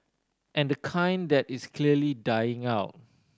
and the kind that is clearly dying out